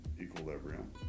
equilibrium